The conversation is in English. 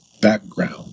background